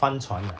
帆船啊